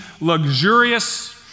luxurious